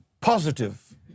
positive